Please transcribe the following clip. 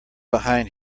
behind